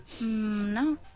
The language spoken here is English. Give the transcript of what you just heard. No